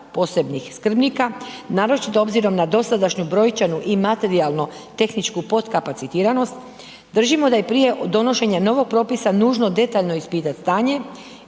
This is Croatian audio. posebnih skrbnika, naročito obzirom na dosadašnju brojčanu i materijalno tehničku potkapacitiranost držimo da je prije donošenja novog propisa nužno detaljno ispitat stanje,